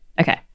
Okay